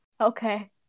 okay